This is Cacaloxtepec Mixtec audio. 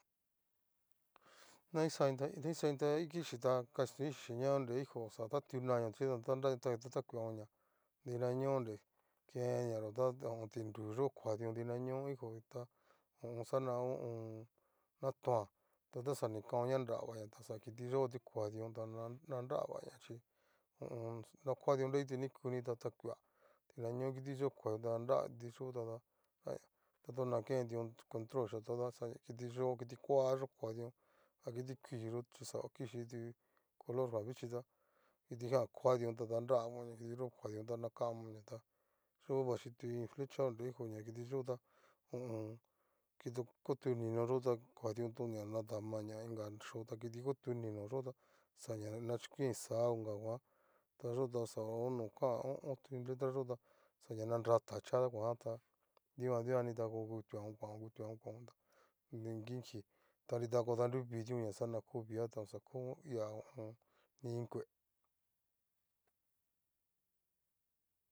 Naixa naixa iin taikixhí ta kastoin chínchi onre hijo oxa tatu nanion chí ada kiti datakueña dinaño onre keen nayó ta neon tinruyo kuadion dinaño hijo ta ho o on. xaña natoan, ta tu xanikaon na nravaña, taxa kitoyo tu kuadion ta nravaña chí ho o on. na kuadio ña kiti ni kuni ta takuea, nidaño kiti yo kuadion ta na nrava kiti yó tada hay ta todakentuon controlxia tada kitiyo kiti koayo kuadion, akiti kuiyo chí xa kichítu colorjan vichíta kitijan kuadión ta danravónña ta kitixó kuadion ta danravonña kiti yo kuadion ta nakamonñata yo'o vachitu iin flecha, ta onre hijo kitiyo ta ho o on. kito otu nino yo'o ta kuadiontoña nadama ñainga xhó ta iti otu nino'o yota xaña chokuinxá onga nguan ta yo ta xa ho no kan ho o on letra yo ta xa na nra tachía kuan tá dikan dikani ta ku kutuan kuaón ngutuan kuaón ta inki inki ta nrita ko danruvion tu ña xaña kovia ta xa koia ho o on. ni iin kue.